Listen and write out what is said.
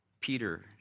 Peter